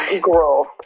grow